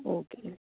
okay